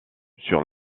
sur